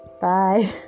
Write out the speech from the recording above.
Bye